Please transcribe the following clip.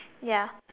ya